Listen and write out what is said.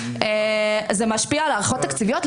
זה משפיע על הערכות תקציביות.